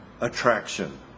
attraction